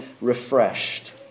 refreshed